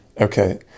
Okay